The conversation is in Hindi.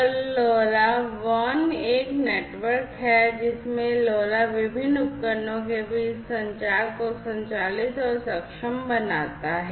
LoRa WAN एक नेटवर्क है जिसमें LoRa विभिन्न उपकरणों के बीच संचार को संचालित और सक्षम बनाता है